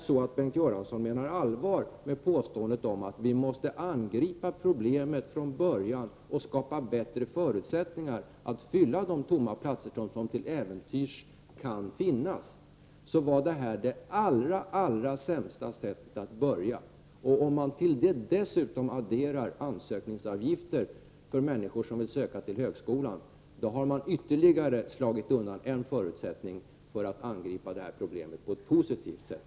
Om Bengt Göransson menar allvar med påståendet om att vi måste angripa problemet från början och skapa bättre förutsättningar för att fylla de tomma utbildningsplatser som till äventyrs kan finnas, så är detta det allra sämsta sättet att börja. Om man till det dessutom adderar ansökningsavgifter för människor som vill söka till högskolan, då har man slagit undan ytterligare en förutsättning för att angripa problemet på ett positivt sätt.